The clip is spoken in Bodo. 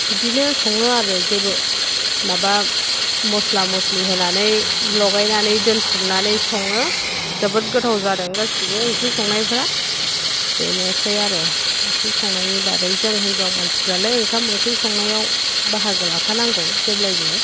बिदिनो सङो आरो जेबो माबा मस्ला मस्लि होनानै लगायनानै दोनथुमनानै सङो जोबोद गोथाव जादों गासिबो ओंख्रै संनायफ्रा बेनोसै आरो ओंख्रै संनायनि बादै जों हिनजाव मानसिफ्रालाय ओंखाम ओंख्रै संनायाव बाहागो लाखानांगौ जेब्लायबो